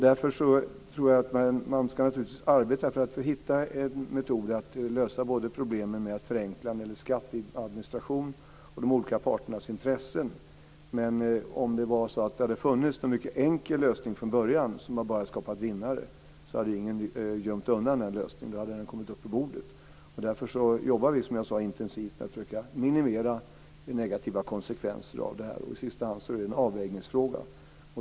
Därför tror jag att man ska arbeta för att hitta en metod både att förenkla när det gäller skatteadministration och att lösa problemen när det gäller de olika parternas intressen. Men om det var så att det hade funnits en mycket enkel lösning från början som bara hade skapat vinnare hade ingen gömt undan den lösningen. Då hade den kommit upp på bordet. Därför jobbar vi som jag sade intensivt med att försöka minimera negativa konsekvenser av detta. I sista hand är det en avvägningsfråga.